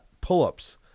Pull-ups